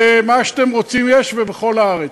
ומה שאתם רוצים יש ובכל הארץ.